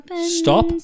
Stop